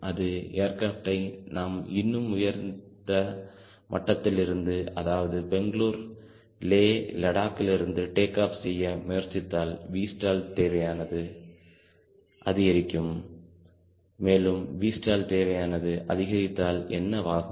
அது ஏர்கிராப்டை நாம் இன்னும் உயர்ந்த மட்டத்தில் இருந்து அதாவது பெங்களூர் லே லடாக்கிலிருந்து டேக் ஆப் செய்ய முயற்சித்தால் Vstall தேவையானது அதிகரிக்கும் மேலும் Vstall தேவையானது அதிகரித்தால் என்னவாகும்